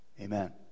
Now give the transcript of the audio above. amen